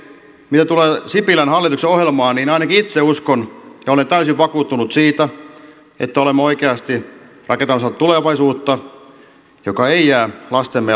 mitä tulee sipilän hallituksen ohjelmaan niin ainakin itse uskon ja olen täysin vakuuttunut siitä että olemme oikeasti rakentamassa tulevaisuutta joka ei jää lastemme ja lastenlastemme taakaksi